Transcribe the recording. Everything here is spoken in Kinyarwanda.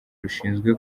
rushinzwe